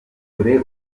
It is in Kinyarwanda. umuti